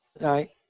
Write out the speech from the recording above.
Right